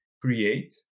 create